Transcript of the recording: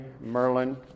Merlin